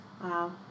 wow